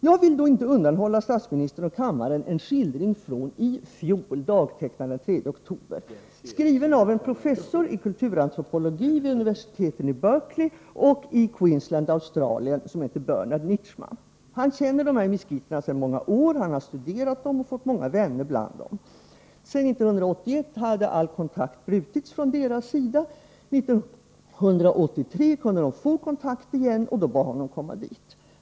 Jag vill då inte undanhålla statsministern och kammaren en skildring från i fjol, dagtecknad den 3 oktober och skriven av en professor i kulturantropologi vid universiteten i Berkeley och i Queensland i Australien, Bernard Nietschmann. Han känner miskiterna sedan många år och har studerat dem och fått många vänner bland dem. Sedan 1981 hade dock all kontakt brutits från deras sida. 1983 kunde de få kontakt igen och bad honom då komma dit.